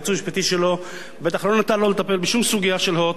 והיועץ המשפטי שלו בטח לא נתן לו לטפל בשום סוגיה של "הוט",